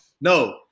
no